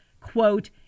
quote